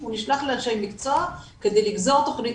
הוא נשלח לאנשי מקצוע כדי לגזור תכנית